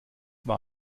war